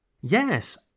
Yes